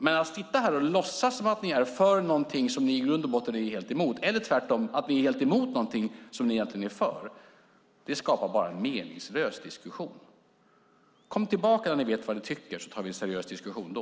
Men att sitta här och låtsas som om ni är för någonting som ni i grund och botten är helt emot eller, tvärtom, att ni är helt emot någonting som ni egentligen är för skapar bara en meningslös diskussion. Kom tillbaka när ni vet vad ni tycker, så tar vi en seriös diskussion då!